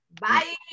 Bye